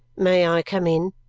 may i come in?